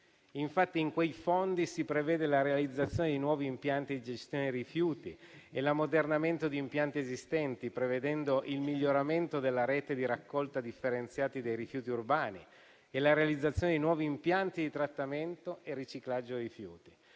Infatti, in quei fondi si prevede la realizzazione di nuovi impianti di gestione dei rifiuti e l'ammodernamento di impianti esistenti, prevedendo il miglioramento della rete di raccolta differenziata dei rifiuti urbani e la realizzazione di nuovi impianti di trattamento e riciclaggio dei rifiuti.